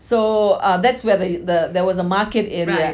so uh that's where the the there was a market area